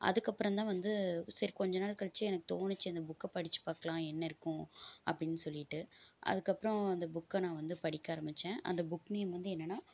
அதுக்கப்புறம் தான் வந்து சரி கொஞ்சம் நாள் கழிச்சு எனக்கு தோணுச்சு இந்த புக்கை படிச்சு பாக்கலாம் என்ன இருக்கும் அப்படின்னு சொல்லிவிட்டு அதுக்கப்புறோம் அந்த புக்கை நான் வந்து படிக்க ஆரமித்தேன் அந்த புக் நேம் வந்து என்னன்னால்